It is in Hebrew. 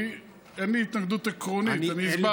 אין לי התנגדות עקרונית, אני הסברתי.